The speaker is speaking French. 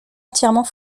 entièrement